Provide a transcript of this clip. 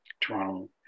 Toronto